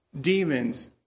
demons